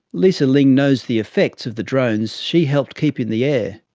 lisa ling knows the effects of the drones she helped keep in the air.